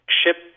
ship